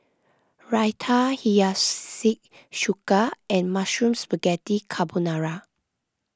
Raita Hiyashi Chuka and Mushroom Spaghetti Carbonara